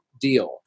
deal